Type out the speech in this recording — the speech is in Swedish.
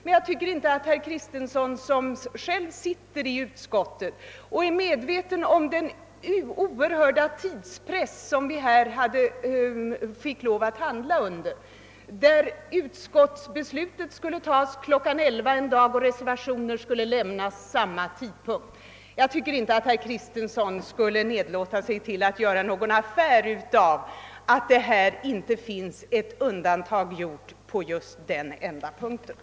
Men jag tycker inte att herr Kristenson som själv sitter i utskottet och är medveten om den oerhörda tidspressen — utskottsbeslutet skulle tas kl. 11 en viss dag och reservationer skulle lämnas vid samma tidpunkt — skulle vilja på allvar göra affär av att det inte skett något undantag på just denna detalj.